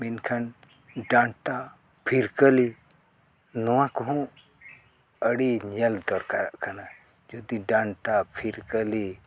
ᱢᱮᱱᱠᱷᱟᱱ ᱰᱟᱱᱴᱟ ᱯᱷᱤᱨᱠᱟᱹᱞᱤ ᱱᱚᱣᱟ ᱠᱚᱦᱚᱸ ᱟᱹᱰᱤ ᱧᱮᱞ ᱫᱚᱨᱠᱟᱨᱚᱜ ᱠᱟᱱᱟ ᱡᱩᱫᱤ ᱰᱟᱱᱴᱟ ᱯᱷᱤᱨᱠᱟᱹᱞᱤ